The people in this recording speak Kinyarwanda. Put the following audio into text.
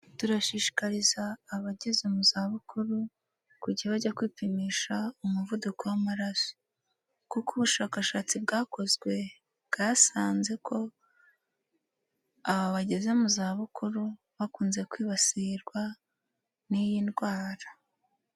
Turashishikariza abageze mu zabukuru kujya bajya kwipimisha umuvuduko w'amaraso. Kuko ubushakashatsi bwakozwe bwasanze ko aba bageze mu za bukuru bakunze kwibasirwa n'iyi ndwara.